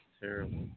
Terrible